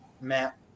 Matt